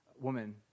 Woman